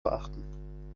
beachten